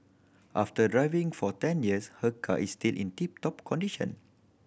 after driving for ten years her car is still in tip top condition